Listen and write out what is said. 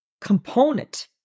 component